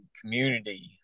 community